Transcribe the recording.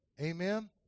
Amen